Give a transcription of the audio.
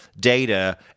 data